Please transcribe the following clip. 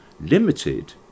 limited